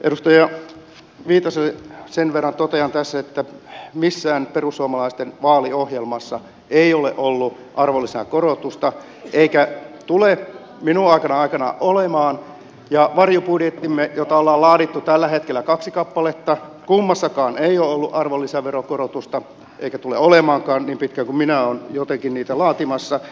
edustaja viitaselle sen verran totean tässä että missään perussuomalaisten vaaliohjelmassa ei ole ollut arvonlisäveron korotusta eikä ainakaan minun aikanani tule olemaan ja varjobudjeteissamme joita olemme laatineet tällä hetkellä kaksi kappaletta kummassakaan ei ole ollut arvonlisäveron korotusta eikä tule olemaankaan niin pitkään kuin minä olen jotenkin niitä laatimassa